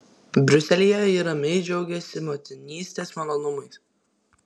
briuselyje ji ramiai džiaugiasi motinystės malonumais